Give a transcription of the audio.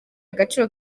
agaciro